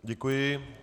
Děkuji.